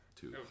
two